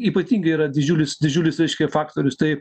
ypatingai yra didžiulis didžiulis reiškia faktorius tai